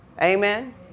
Amen